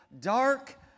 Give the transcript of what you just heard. dark